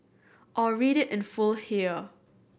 or read it in full here